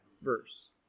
verse